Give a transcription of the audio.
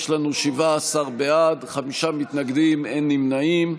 יש לנו 17 בעד, חמישה מתנגדים, אין נמנעים.